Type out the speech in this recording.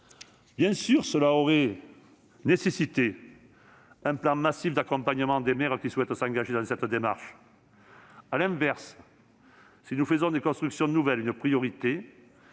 Bien sûr, un tel projet nécessiterait un plan massif d'accompagnement des maires désireux de s'engager dans cette démarche. À l'inverse, si nous faisons des constructions nouvelles une priorité,